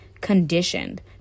conditioned